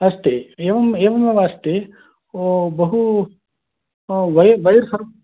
अस्ति एवं एवमेव अस्ति ओ बहु वै वैर् सर्वं